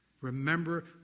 Remember